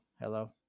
hello